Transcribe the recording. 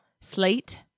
slate